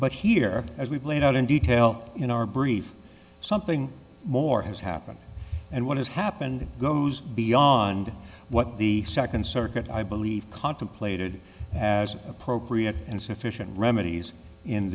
but here as we've laid out in detail in our brief something more has happened and what has happened it goes beyond what the second circuit i believe contemplated as appropriate and sufficient remedies in